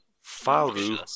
Faru